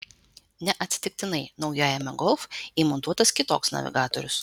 neatsitiktinai naujajame golf įmontuotas kitoks navigatorius